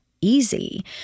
easy